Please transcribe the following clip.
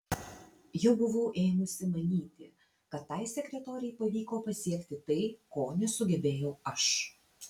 jau buvau ėmusi manyti kad tai sekretorei pavyko pasiekti tai ko nesugebėjau aš